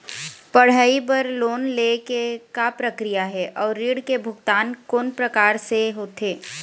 पढ़ई बर लोन ले के का प्रक्रिया हे, अउ ऋण के भुगतान कोन प्रकार से होथे?